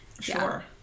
Sure